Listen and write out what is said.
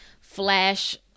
flash